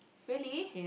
really